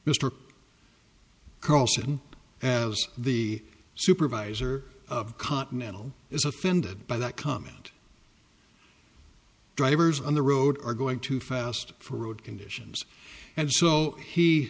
mr carlson as the supervisor of continental is offended by that comment drivers on the road are going too fast for road conditions and so he